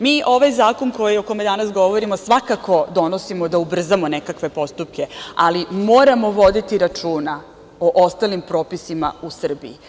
Mi ovaj zakon o kome danas govorimo svakako donosimo da ubrzamo nekakve postupke, ali moramo voditi računa o ostalim propisima u Srbiji.